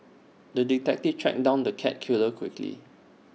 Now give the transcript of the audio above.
the detective tracked down the cat killer quickly